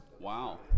Wow